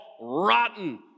rotten